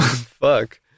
Fuck